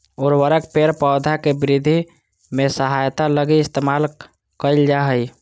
उर्वरक पेड़ पौधा के वृद्धि में सहायता लगी इस्तेमाल कइल जा हइ